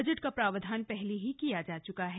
budget का प्रावधान पहले ही किया जा चुका है